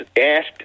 asked